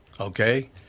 Okay